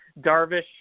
Darvish